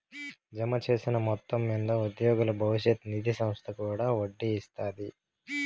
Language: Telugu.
జమచేసిన మొత్తం మింద ఉద్యోగుల బవిష్యత్ నిది సంస్త కూడా ఒడ్డీ ఇస్తాది